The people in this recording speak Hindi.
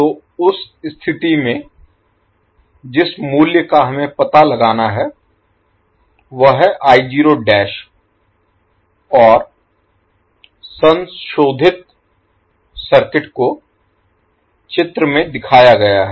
तो उस स्थिति में जिस मूल्य का हमें पता लगाना है वह है और संशोधित सर्किट को चित्र में दिखाया गया है